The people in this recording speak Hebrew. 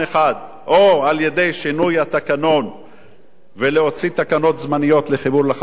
או על-ידי שינוי התקנון ולהוציא תקנות זמניות לחיבור זמני לחשמל,